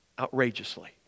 outrageously